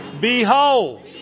behold